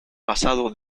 pasado